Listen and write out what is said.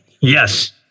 Yes